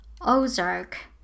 ozark